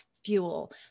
fuel